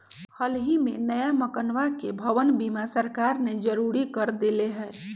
हल ही में नया मकनवा के भवन बीमा सरकार ने जरुरी कर देले है